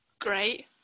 Great